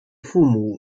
父母